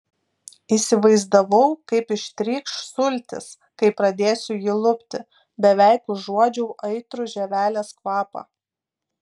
įsivaizdavau kaip ištrykš sultys kai pradėsiu jį lupti beveik užuodžiau aitrų žievelės kvapą